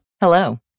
Hello